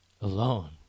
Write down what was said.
alone